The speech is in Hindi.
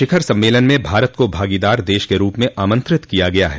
शिखर सम्मेलन में भारत को भागीदार देश के रूप में आमंत्रित किया गया है